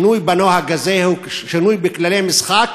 שינוי בנוהג הזה הוא שינוי בכללי המשחק,